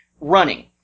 running